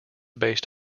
based